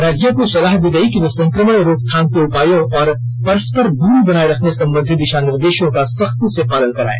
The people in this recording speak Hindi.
राज्यों को सलाह दी गई कि वे संक्रमण रोकथाम के उपायों और परस्पर दूरी बनाए रखने संबंधी दिशानिर्देशों का सख्ती से पालन कराए